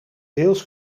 deels